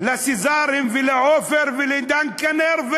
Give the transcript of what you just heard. לזיסר ולעופר ולדנקנר,